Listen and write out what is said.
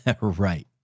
Right